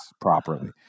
properly